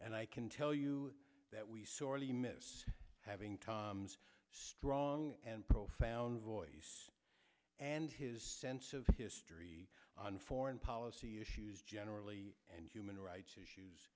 and i can tell you that we sorely miss having tom's strong and profound voice and his sense of history on foreign policy issues generally and human rights issues